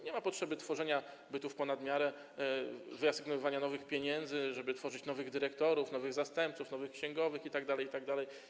Nie ma potrzeby tworzenia bytów ponad miarę, wyasygnowania nowych pieniędzy, żeby tworzyć nowych dyrektorów, nowych zastępców, nowych księgowych itd., itd.